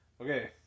Okay